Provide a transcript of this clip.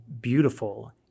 beautiful